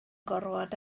gorfod